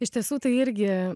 iš tiesų tai irgi